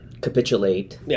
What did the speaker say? capitulate